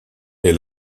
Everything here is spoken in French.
est